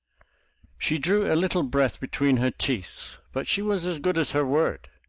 she drew a little breath between her teeth, but she was as good as her word.